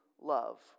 love